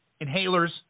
inhalers